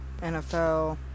NFL